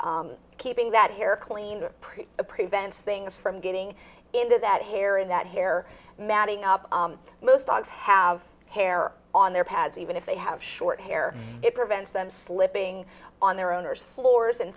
pads keeping that hair clean or pretty prevents things from getting into that hair and that hair matting up most dogs have hair on their pads even if they have short hair it prevents them slipping on their owners floors and